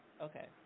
okay